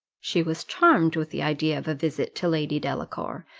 she was charmed with the idea of a visit to lady delacour,